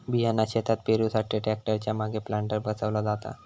बियाणा शेतात पेरुसाठी ट्रॅक्टर च्या मागे प्लांटर बसवला जाता